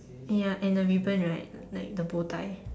ya and a ribbon right like the bow tie